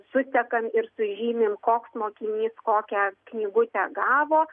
susenkam ir sužymim koks mokinys kokią knygutę gavo